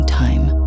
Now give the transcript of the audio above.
time